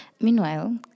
Meanwhile